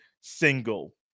single